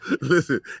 Listen